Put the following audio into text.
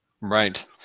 Right